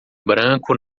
branco